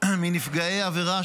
לנפגעי העבירה,